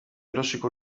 erosiko